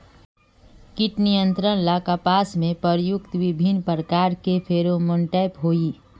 कीट नियंत्रण ला कपास में प्रयुक्त विभिन्न प्रकार के फेरोमोनटैप होई?